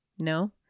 No